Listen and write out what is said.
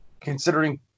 Considering